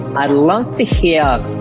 um i love to hear,